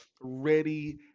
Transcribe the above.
ready